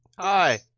Hi